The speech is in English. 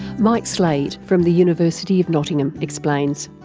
mike slade from the university of nottingham explains.